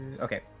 okay